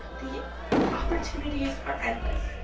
the opportunities are endless,